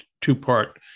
two-part